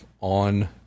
on